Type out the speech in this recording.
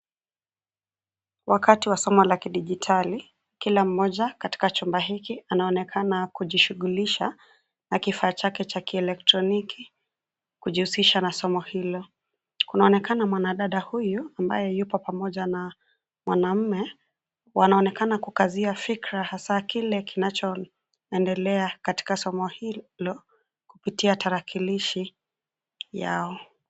Wakati wa somo la kijiditali, kila mmoja katika chumba hiki anaonekana kujishughulisha na kifaa chake cha kieletroniki kujihusisha na somo hilo. Kunaonekana mwadada huyu ambaye yupo pamoja na mwanaume wanaonekana kukazia fikra hasa kile kinacho endelea katika somo hilo kupitia tarakilishi yao.